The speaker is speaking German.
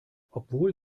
obwohl